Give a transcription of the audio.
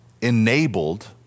enabled